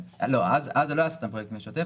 זה לא היה הסטה מפרויקטים לשוטף.